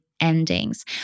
endings